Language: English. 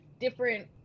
different